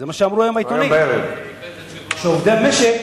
זה מה שאמרו היום בעיתונים: שעובדי המשק